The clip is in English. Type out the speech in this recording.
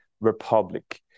republic